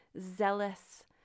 zealous